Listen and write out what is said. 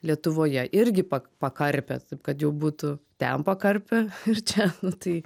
lietuvoje irgi pa pakarpė taip kad jau būtų ten pakarpė ir čia nu tai